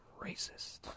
Racist